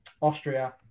Austria